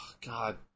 God